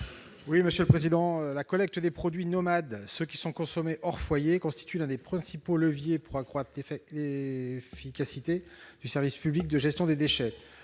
à M. Éric Gold. La collecte des produits nomades, qui sont consommés hors foyer, constitue l'un des principaux leviers pour accroître l'efficacité du service public de gestion des déchets.